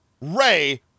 Ray